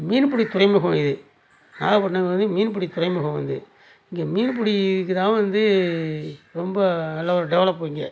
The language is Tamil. மீன் பிடி துறைமுகம் இது நாகப்பட்டனம் வந்து மீன் பிடி துறைமுகம் இது இங்கே மீன் பிடி இதுக்கு தான் வந்து ரொம்ப நல்ல ஒரு டெவலப்பு இங்கே